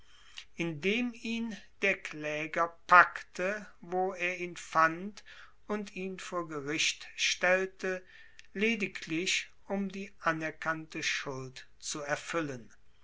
indem ihn der klaeger packte wo er ihn fand und ihn vor gericht stellte lediglich um die anerkannte schuld zu erfuellen